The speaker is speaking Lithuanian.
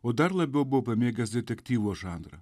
o dar labiau buvo pamėgęs detektyvo žanrą